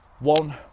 one